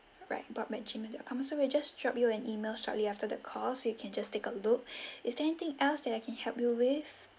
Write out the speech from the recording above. right coming soon we just drop you an email shortly after the call you can just take a look is there anything else that I can help you with